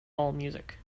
allmusic